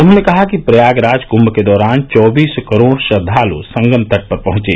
उन्होंने कहा कि प्रयागराज कुंभ के दौरान चौबीस करोड़ श्रद्वालु संगम तट पर पहुंचे